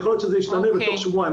יכול להיות שזה ישתנה בתוך שבועיים.